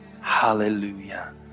hallelujah